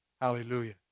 Hallelujah